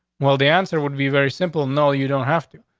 well, the answer would be very simple. no, you don't have to.